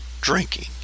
drinking